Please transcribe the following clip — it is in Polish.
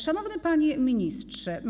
Szanowny Panie Ministrze!